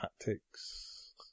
Tactics